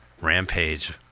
Rampage